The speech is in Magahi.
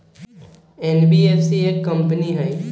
एन.बी.एफ.सी एक कंपनी हई?